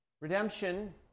Redemption